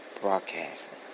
Broadcasting